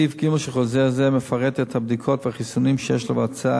סעיף ג' של חוזר זה מפרט את הבדיקות והחיסונים שיש לבצע